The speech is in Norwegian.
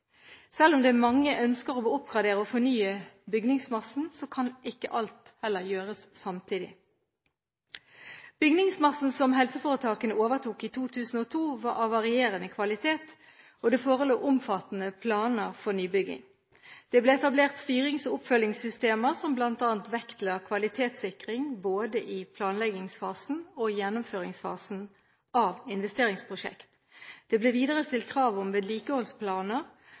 Selv om det er mange ønsker om å oppgradere og fornye bygningsmassen, kan ikke alt gjøres samtidig. Bygningsmassen som helseforetakene overtok i 2002, var av varierende kvalitet. Det forelå omfattende planer for nybygging. Det ble etablert styrings- og oppfølgingssystemer som bl.a. vektla kvalitetssikring, både i planleggingsfasen og i gjennomføringsfasen av investeringsprosjekt. Det ble videre stilt krav om vedlikeholdsplaner